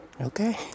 Okay